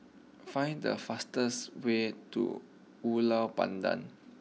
find the fastest way to Ulu Pandan